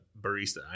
barista